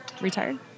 retired